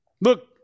Look